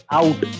out